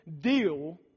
deal